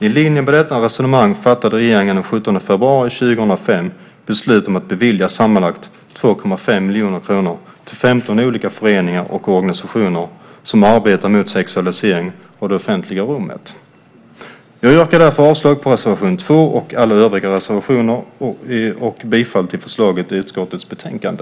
I linje med detta resonemang fattade regeringen den 17 februari 2005 beslut om att bevilja sammanlagt 2,5 miljoner kronor till 15 olika föreningar och organisationer som arbetar mot sexualiseringen av det offentliga rummet. Jag yrkar avslag på reservation 2 liksom alla övriga reservationer och bifall till förslaget i utskottets betänkande.